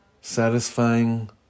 satisfying